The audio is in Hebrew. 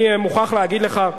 אני מוכרח לומר לך: